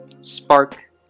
spark